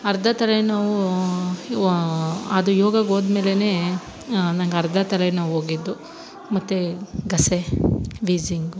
ಅರ್ಧ ತಲೆನೋವೂ ವ ಅದು ಯೋಗಾಗೆ ಹೋದ್ಮೆಲೆ ನಂಗರ್ಧ ತಲೆನೋವು ಹೋಗಿದ್ದು ಮತ್ತು ಗಸೆ ವೀಝಿಂಗು